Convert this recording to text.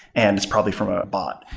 and it's probably from a bot.